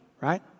right